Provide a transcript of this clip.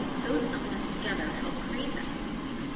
those elements together help create that voice.